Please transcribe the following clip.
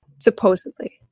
supposedly